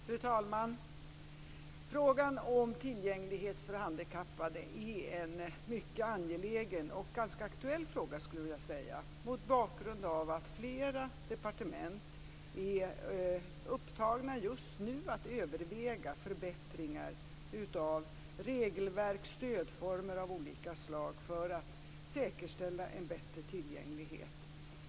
Fru talman! Frågan om tillgänglighet för handikappade är en mycket angelägen och ganska aktuell fråga mot bakgrund av att flera departement just nu är upptagna med att överväga förbättringar av regelverk och stödformer av olika slag för att säkerställa en bättre tillgänglighet.